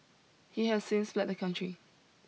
he has since fled the country